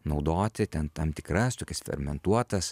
naudoti ten tam tikras tokias fermentuotas